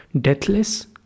deathless